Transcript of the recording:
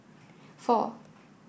four